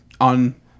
on